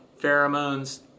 pheromones